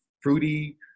fruity